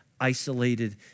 isolated